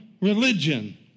religion